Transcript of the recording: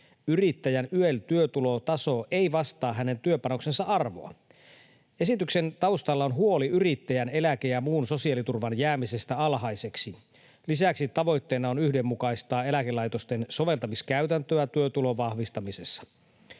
yrittäjän YEL-työtulotaso ei vastaa hänen työpanoksensa arvoa. Esityksen taustalla on huoli yrittäjän eläke- ja muun sosiaaliturvan jäämisestä alhaiseksi. Lisäksi tavoitteena on yhdenmukaistaa eläkelaitosten soveltamiskäytäntöä työtulon vahvistamisessa.